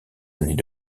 années